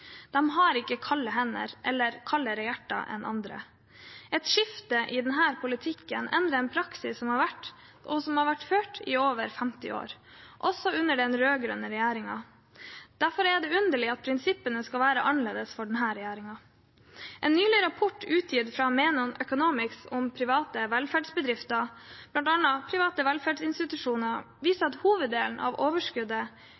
dem som jobber i privat omsorg. De har ikke kalde hender eller kaldere hjerter enn andre. Et skifte i denne politikken endrer en praksis som har vært ført i over 50 år, også under den rød-grønne regjeringen. Derfor er det underlig at prinsippene skal være annerledes for denne regjeringen. En nylig utgitt rapport fra Menon Economics om private velferdsbedrifter, bl.a. private velferdsinstitusjoner,